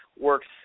works